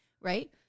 right